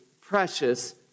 precious